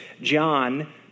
John